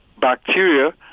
bacteria